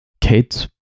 kids